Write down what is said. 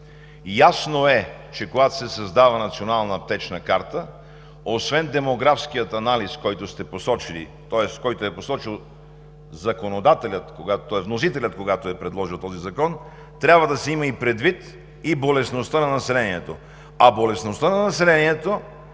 Ясно е, че когато се създава Национална аптечна карта, освен демографският анализ, който е посочил вносителят, когато е предложил този закон, трябва да се има предвид и болестността на населението, а тя е обект на интерес,